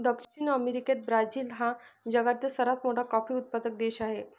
दक्षिण अमेरिकेत ब्राझील हा जगातील सर्वात मोठा कॉफी उत्पादक देश आहे